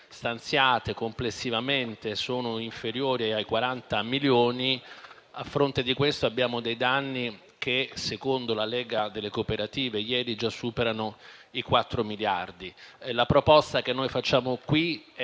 stanziate complessivamente sono inferiori ai 40 milioni. A fronte di questo abbiamo dei danni che, secondo la Lega delle cooperative, ieri già superavano i quattro miliardi. La proposta che noi facciamo qui è